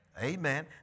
Amen